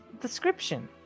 description